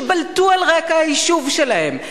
שבלטו על רקע היישוב שלהם.